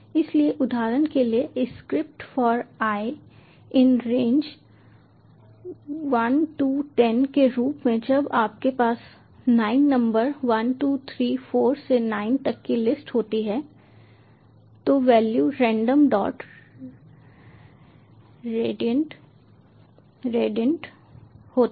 इसलिए उदाहरण के लिए script for i in range one two ten के रूप में जब आपके पास 9 नंबर 1 2 3 4 से 9 तक की लिस्ट होती है तो वैल्यू रेंडम डॉट रेंडइंट 1 10 होता है